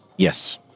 Yes